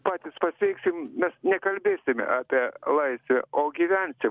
patys paveiksim mes nekalbėsim apie laisvę o gyvensim laisv